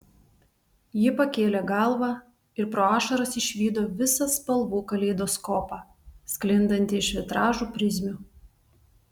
ji pakėlė galvą ir pro ašaras išvydo visą spalvų kaleidoskopą sklindantį iš vitražų prizmių